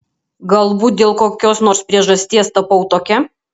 galbūt dėl kokios nors priežasties tapau tokia